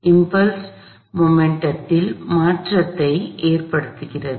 எனவே இம்பல்ஸ் மொமெண்ட்டத்தில் மாற்றத்தை ஏற்படுத்துகிறது